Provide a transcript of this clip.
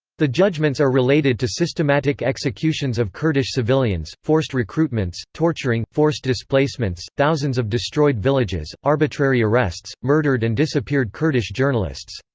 the judgments are related to systematic executions of kurdish civilians, forced recruitments, torturing, forced displacements, thousands of destroyed villages, arbitrary arrests, murdered and disappeared kurdish journalists.